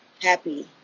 happy